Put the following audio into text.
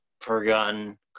forgotten